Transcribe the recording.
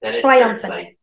triumphant